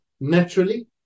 naturally